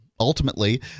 Ultimately